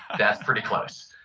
that's pretty close.